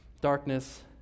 darkness